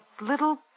little